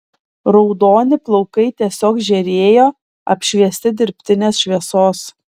raudoni plaukai tiesiog žėrėjo apšviesti dirbtinės šviesos